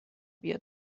بیا